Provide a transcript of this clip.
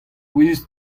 pouezus